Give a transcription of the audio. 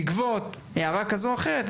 בעקבות הערה כזו או אחרת,